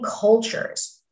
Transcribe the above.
cultures